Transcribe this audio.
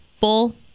bull